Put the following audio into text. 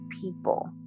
people